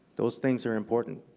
those things are important.